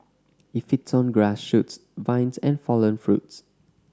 it feeds on grass shoots vines and fallen fruits